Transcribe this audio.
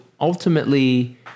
ultimately